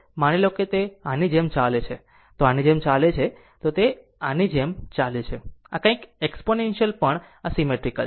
માની લો જો તે આની જેમ ચાલે છે જો તે આની જેમ ચાલે છે જો તે આની જેમ ચાલે છે તો તે આની જેમ ચાલે છે આ કંઈક એક્ષ્પોનેન્શિયલ પણ આ સીમેટ્રીકલ છે